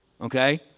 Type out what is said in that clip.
okay